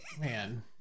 man